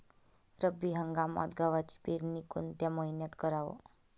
रब्बी हंगामात गव्हाची पेरनी कोनत्या मईन्यात कराव?